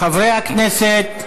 חברי הכנסת,